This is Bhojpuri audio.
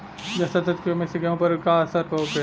जस्ता तत्व के कमी से गेंहू पर का असर होखे?